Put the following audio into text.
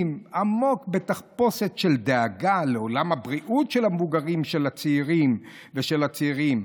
עמוק בתחפושת של דאגה לעולם הבריאות של המבוגרים ושל הצעירים,